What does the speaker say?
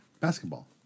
basketball